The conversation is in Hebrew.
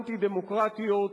אנטי-דמוקרטיות,